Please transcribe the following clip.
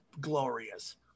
glorious